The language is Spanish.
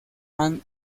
and